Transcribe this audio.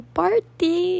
party